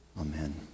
amen